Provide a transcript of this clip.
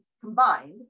combined